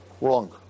Wrong